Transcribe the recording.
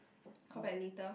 call back later